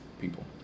people